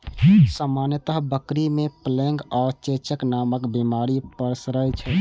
सामान्यतः बकरी मे प्लेग आ चेचक नामक बीमारी पसरै छै